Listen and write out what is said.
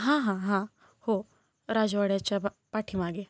हां हां हां हो राजवाड्याच्या पा पाठीमागे